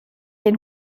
den